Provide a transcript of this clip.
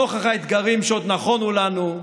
נוכח האתגרים שעוד נכונו לנו,